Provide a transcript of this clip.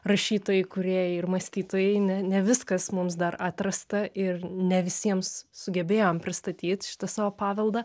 rašytojai kūrėjai ir mąstytojai ne ne viskas mums dar atrasta ir ne visiems sugebėjom pristatyt šitą savo paveldą